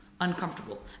uncomfortable